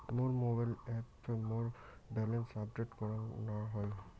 মোর mobile অ্যাপে মোর balance update করাং না হই